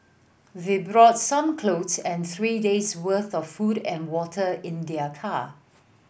they brought some clothes and three days' worth of food and water in their car